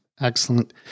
Excellent